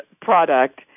product